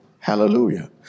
Hallelujah